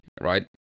right